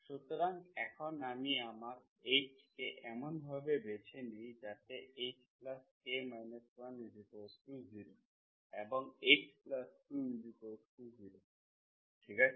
সুতরাং এখন আমি আমার hk এমনভাবে বেছে নিই যাতে hk 10 এবং h20 ঠিক আছে